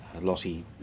Lottie